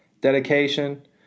dedication